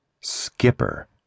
Skipper